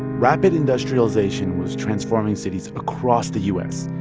rapid industrialization was transforming cities across the u s.